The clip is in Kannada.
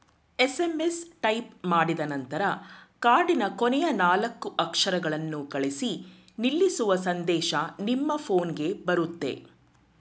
ಎಸ್.ಎಂ.ಎಸ್ ಟೈಪ್ ಮಾಡಿದನಂತರ ಕಾರ್ಡಿನ ಕೊನೆಯ ನಾಲ್ಕು ಅಕ್ಷರಗಳನ್ನು ಕಳಿಸಿ ನಿಲ್ಲಿಸುವ ಸಂದೇಶ ನಿಮ್ಮ ಫೋನ್ಗೆ ಬರುತ್ತೆ